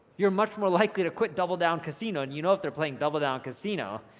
you're much more likely to quit doubledown casino, and you know if they're playing doubledown casino,